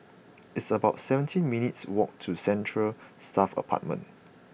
it's about seventeen minutes' walk to Central Staff Apartment